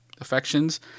affections